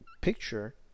picture